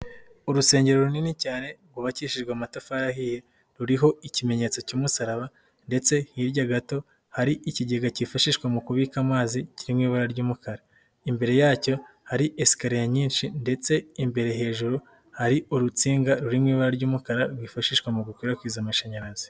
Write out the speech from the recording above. Urusengero runini cyane rwubakishijwe amatafari ahiye ruriho ikimenyetso cy'umusaraba ndetse hirya gato hari ikigega kifashishwa mu kubika amazi kiri mu ibara ry'umukara, imbere yacyo hari esikariye nyinshi ndetse imbere hejuru hari urutsinga ruri mu ibara ry'umukara rwifashishwa mu gukwirakwiza amashanyarazi.